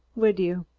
would you?